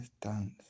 dance